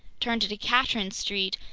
turned into katrin st.